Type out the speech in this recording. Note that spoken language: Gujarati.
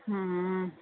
હમ્મ